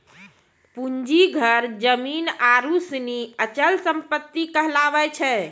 पूंजी घर जमीन आरु सनी अचल सम्पत्ति कहलावै छै